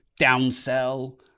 downsell